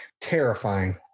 terrifying